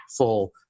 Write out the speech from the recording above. impactful